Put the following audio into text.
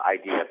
idea